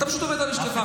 אתה פשוט עובד על אשתך,